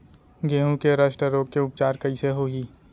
गेहूँ के रस्ट रोग के उपचार कइसे होही?